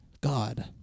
God